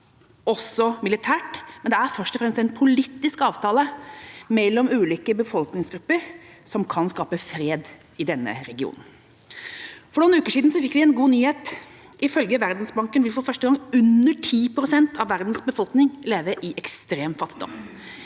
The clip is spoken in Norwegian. også militært, men det er først og fremst en politisk avtale mellom ulike befolkningsgrupper som kan skape fred i denne regionen. For noen uker siden fikk vi en god nyhet. Ifølge Verdensbanken vil for første gang under 10 pst. av verdens befolkning leve i ekstrem fattigdom.